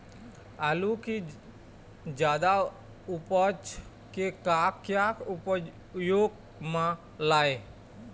आलू कि जादा उपज के का क्या उपयोग म लाए?